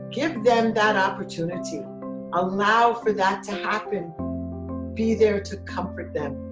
give them that opportunity allow for that to happen be there to comfort them.